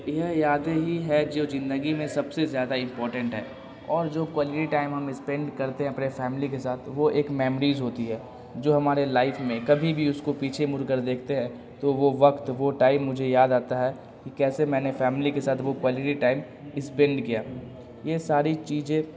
یہ یادیں ہی ہے جو زندگی میں سب سے زیادہ امپورٹینٹ ہے اور جو پلیلی ٹائم ہم اسپینڈ کرتے ہیں اپنے فیملی کے ساتھ وہ ایک میمورز ہوتی ہے جو ہمارے لائف میں کبھی بھی اس کو پیچھے مر کر دیکھتے ہیں تو وہ وقت وہ ٹائم مجھے یاد آتا ہے کہ کیسے میں نے فیملی کے ساتھ وہ کوالٹی ٹائم اسپینڈ کیا یہ ساری چیزیں